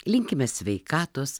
linkime sveikatos